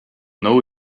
know